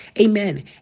Amen